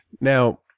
Now